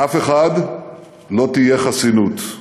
לאף אחד לא תהיה חסינות.